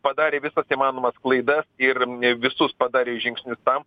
padarė visas įmanomas klaidas ir visus padarė žingsnius tam